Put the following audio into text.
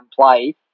play